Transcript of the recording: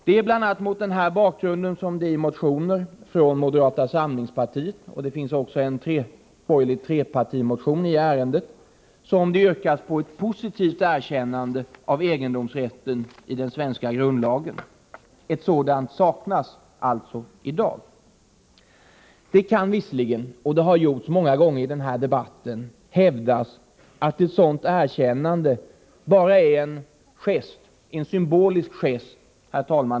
Det är mot denna bakgrund som det i motioner från moderata samlingspartiet — det finns även en borgerlig trepartimotion i ärendet — yrkas på ett positivt erkännande av egendomsrätten i den svenska grundlagen. Ett sådant saknas alltså i dag. Det kan visserligen hävdas — och det har gjorts många gånger i denna debatt — att ett sådant erkännande endast är en symbolisk gest.